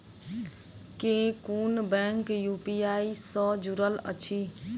केँ कुन bank UPI सँ जुड़ल अछि?